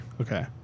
Okay